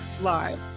live